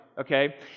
okay